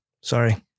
Sorry